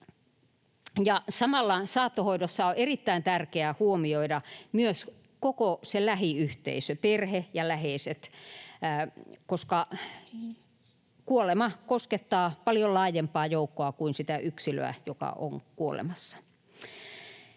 Samalla saattohoidossa on erittäin tärkeää huomioida myös koko lähiyhteisö, perhe ja läheiset, koska kuolema koskettaa paljon laajempaa joukkoa kuin sitä yksilöä, joka on kuolemassa.